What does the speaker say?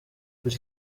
biri